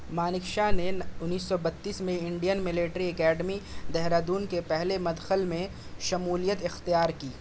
مانیکشا نے انیس سو بتیس میں انڈین ملٹری اکیڈمی دہرادون کے پہلے مدخل میں شمولیت اختیار کی